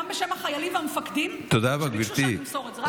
גם בשם החיילים והמפקדים שביקשו שאני אמסור את זה.